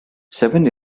seven